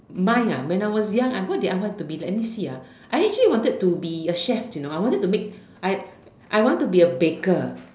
mine ah when I was young what did I want to be let me see ah I actually wanted to be a chef you know I wanted to make I I want to be a baker